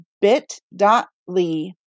bit.ly